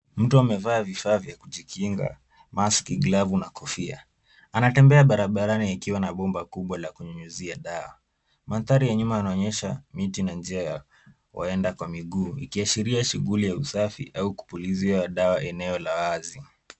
Mtu amevaa vifaa vya kujikinga. Maski , glavu na kofia . Anatembea barabarani akiwa ana bomba kubwa ya kunyunyizia dawa. Mandhari ya nyuma yanaonyesha miti na njia ya kuenda kwa miguu ikiashiria shughuli ya usafi au kupulizia dawa eneo la wazi.